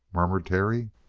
murmured terry.